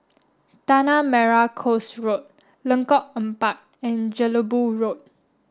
Tanah Merah Coast Road Lengkok Empat and Jelebu Road